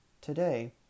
Today